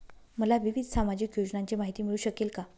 मला विविध सामाजिक योजनांची माहिती मिळू शकेल का?